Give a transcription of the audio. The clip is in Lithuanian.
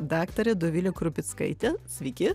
daktarė dovilė krupickaitė sveiki